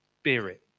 spirit